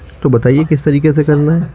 تو بتائیے کس طریقے سے کرنا ہے